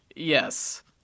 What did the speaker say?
Yes